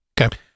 okay